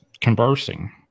conversing